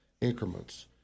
increments